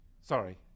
Sorry